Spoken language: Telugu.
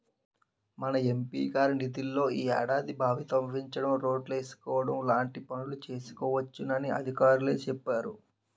మన ఎం.పి గారి నిధుల్లో ఈ ఏడాది బావి తవ్వించడం, రోడ్లేసుకోవడం లాంటి పనులు చేసుకోవచ్చునని అధికారులే చెప్పేరు